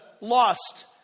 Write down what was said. lost